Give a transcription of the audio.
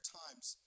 times